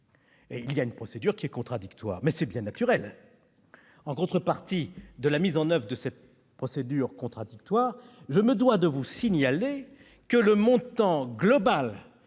au cours d'une procédure contradictoire, ce qui est bien naturel. En contrepartie de la mise en oeuvre de cette procédure contradictoire, je me dois de vous signaler que le montant global